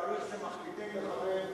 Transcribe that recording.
התאריך שמכתיבים לכבד,